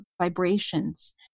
vibrations